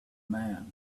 man